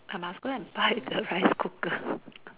I must go and buy the rice cooker